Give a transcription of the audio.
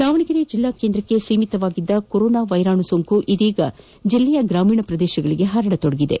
ದಾವಣಗೆರೆ ಜಿಲ್ಲಾ ಕೇಂದ್ರಕ್ಕೆ ಸೀಮಿತವಾಗಿದ್ದ ಕೊರೊನಾ ವೈರಾಣು ಸೋಂಕು ಇದೀಗ ಜಿಲ್ಲೆಯ ಗ್ರಾಮೀಣ ಪ್ರದೇಶಗಳಿಗೆ ಹರಡತೊಡಗಿದೆ